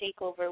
takeover